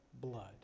blood